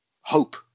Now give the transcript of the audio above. hope